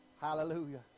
Hallelujah